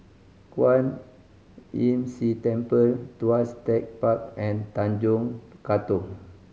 Kwan Imm See Temple Tuas Tech Park and Tanjong Katong